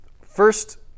First